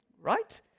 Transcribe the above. right